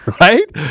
Right